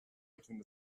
between